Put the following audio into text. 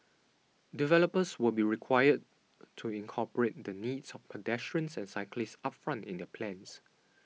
developers will be required to incorporate the needs of pedestrians and cyclists upfront in their plans